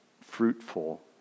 fruitful